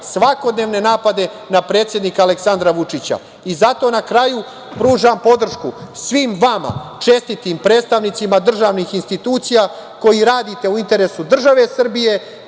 svakodnevne napade na predsednika Aleksandra Vučića. Na kraju, pružam podršku svima vama, čestitim predstavnicima državnih institucija koji radite u interesu države Srbije,